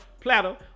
platter